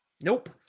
nope